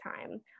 time